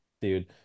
dude